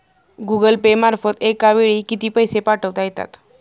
Google Pay मार्फत एका वेळी किती पैसे पाठवता येतात?